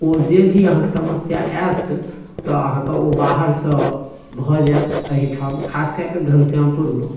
ओ जे भी अहाँके समस्या आएत तऽ अहाँके ओ बाहरसँ भऽ जाएत एहिठाम खास कऽ कऽ घनश्यामपुरमे